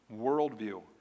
worldview